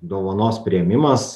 dovanos priėmimas